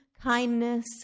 kindness